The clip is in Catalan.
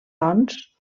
doncs